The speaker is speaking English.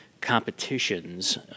competitions